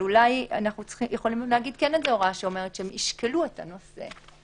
אבל אולי אפשר לומר הוראה שאומרת שהם ישקלו את הנושא.